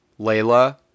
Layla